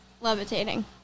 Levitating